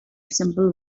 simple